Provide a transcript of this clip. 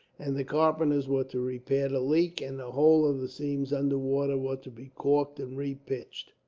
and the carpenters were to repair the leak, and the whole of the seams underwater were to be corked and repitched.